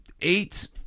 eight